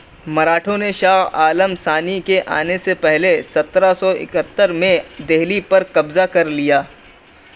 مراٹھوں نے شاہ عالم ثانی کے آنے سے پہلے سترہ سو اکہتر میں دہلی پر قبضہ کر لیا